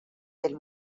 del